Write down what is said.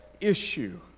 issue